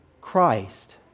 Christ